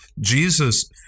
Jesus